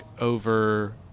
over